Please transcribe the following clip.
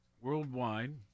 Worldwide